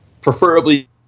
preferably